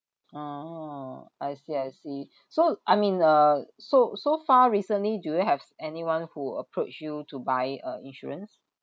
oh I see I see so I mean uh so so far recently do you have s~ anyone who approach you to buy uh insurance